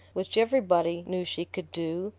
which everybody knew she could do,